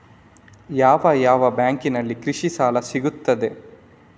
ಯಾವ ಯಾವ ಬ್ಯಾಂಕಿನಲ್ಲಿ ಕೃಷಿ ಸಾಲ ಸಿಗುತ್ತದೆ?